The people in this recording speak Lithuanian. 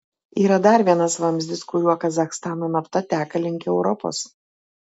yra dar vienas vamzdis kuriuo kazachstano nafta teka link europos